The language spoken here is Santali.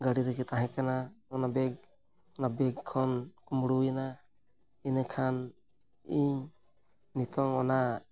ᱜᱟᱹᱰᱤ ᱨᱮᱜᱮ ᱛᱟᱦᱮᱸᱠᱟᱱᱟ ᱚᱱᱟ ᱵᱮᱜᱽ ᱚᱱᱟ ᱵᱮᱜᱽ ᱠᱷᱚᱱ ᱠᱚᱢᱲᱩᱭᱮᱱᱟ ᱤᱱᱟᱹᱠᱷᱟᱱ ᱤᱧ ᱱᱤᱛᱳᱜ ᱚᱱᱟ